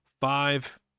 five